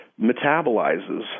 metabolizes